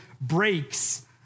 breaks